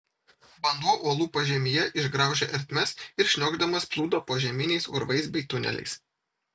vanduo uolų pažemyje išgraužė ertmes ir šniokšdamas plūdo požeminiais urvais bei tuneliais